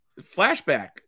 flashback